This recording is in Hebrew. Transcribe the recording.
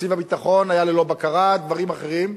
תקציב הביטחון היה ללא בקרה, דברים אחרים.